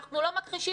אנחנו לא מכחישים,